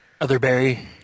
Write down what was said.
Otherberry